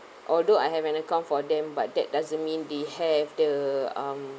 although I have an account for them but that doesn't mean they have the um